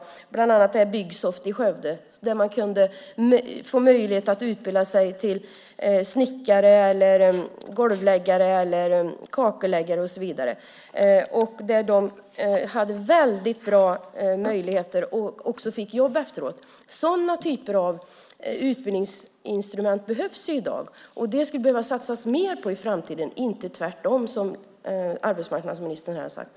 Det gäller bland annat sådant som Byggsoft i Skövde. Där kunde människor få möjlighet att utbilda sig till snickare, golvläggare, kakelläggare, och så vidare. De hade väldigt bra möjligheter, och de fick också jobb efteråt. Sådana typer av utbildningsinstrument behövs i dag. Det skulle man behöva satsa mer på i framtiden och inte tvärtom som arbetsmarknadsministern här har sagt.